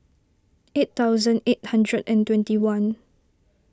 eight thousand eight hundred and twenty one